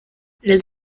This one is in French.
les